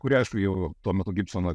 kurie aišku jau tuo metu gibsono